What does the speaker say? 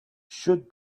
should